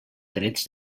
trets